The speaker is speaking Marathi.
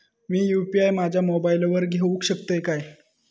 मी यू.पी.आय माझ्या मोबाईलावर घेवक शकतय काय?